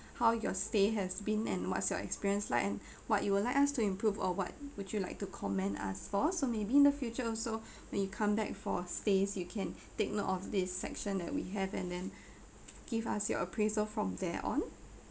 how your stay has been and what's your experience like and what you would like us to improve or what would you like to commend us for so maybe in the future also when you come back for stays you can take note of this section that we have and then give us your appraisal from there on